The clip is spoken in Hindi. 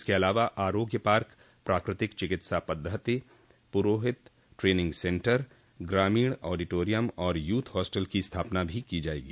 इसके अलावा आरोग्य पार्क प्राकृतिक चिकित्सा पद्धति पुरोहित ट्रेनिंग सेन्टर ग्रामीण ऑडिटोरियम और यूथ हॉस्टल की स्थापना भी की जायेगी